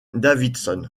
davidson